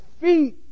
feet